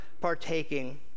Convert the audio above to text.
partaking